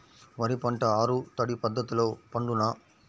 వరి పంట ఆరు తడి పద్ధతిలో పండునా?